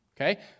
Okay